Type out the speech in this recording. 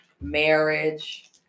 marriage